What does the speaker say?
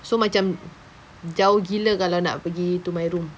so macam jauh gila kalau nak pergi to my room